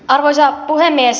arvoisa puhemies